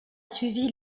suivi